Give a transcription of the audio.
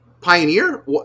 Pioneer